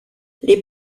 les